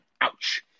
Ouch